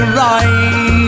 right